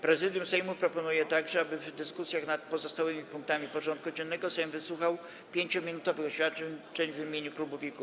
Prezydium Sejmu proponuje także, aby w dyskusjach nad pozostałymi punktami porządku dziennego Sejm wysłuchał 5-minutowych oświadczeń w imieniu klubów i kół.